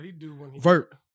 vert